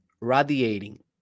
radiating